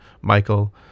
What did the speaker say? Michael